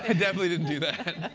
ah definitely didn't do that.